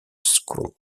school